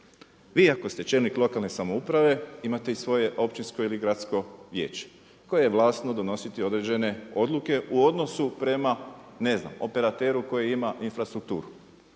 Vi ako ste čelnik lokalne samouprave imate i svoje općinsko ili gradsko vijeće koje je vlasno donositi određene odluke u odnosu prema ne znam operateru koji ima infrastrukturu.